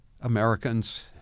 Americans